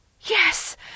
Yes